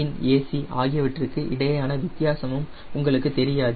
of the wing ஆகியவற்றுக்கு இடையேயான வித்தியாசமும் உங்களுக்குத் தெரியாது